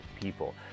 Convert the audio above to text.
people